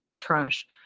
trash